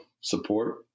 support